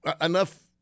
enough